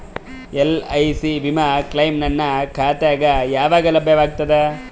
LIC ವಿಮಾ claim ನನ್ನ ಖಾತಾಗ ಯಾವಾಗ ಲಭ್ಯವಾಗತದ?